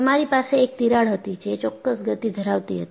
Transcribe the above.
તમારી પાસે એક તિરાડ હતી જે ચોક્કસ ગતિ ધરાવતી હતી